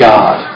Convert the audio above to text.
God